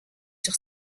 sur